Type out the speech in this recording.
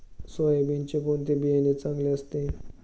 सोयाबीनचे कोणते बियाणे चांगले असते?